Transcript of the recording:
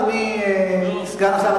אדוני סגן השר,